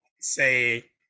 say